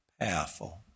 powerful